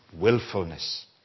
Willfulness